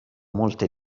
molte